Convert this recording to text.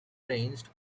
ranged